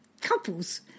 couples